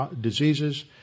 diseases